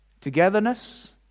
Togetherness